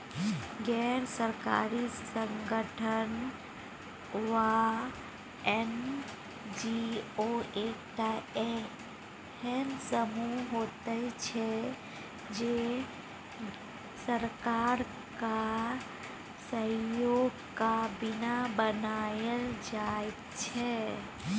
गैर सरकारी संगठन वा एन.जी.ओ एकटा एहेन समूह होइत छै जे सरकारक सहयोगक बिना बनायल जाइत छै